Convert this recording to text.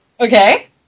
Okay